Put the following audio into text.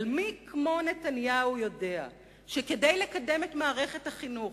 אבל מי כמו נתניהו יודע שכדי לקדם את מערכת החינוך